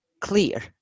clear